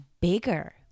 bigger